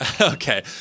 Okay